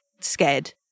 scared